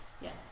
Yes